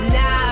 Now